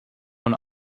and